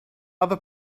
other